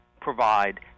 provide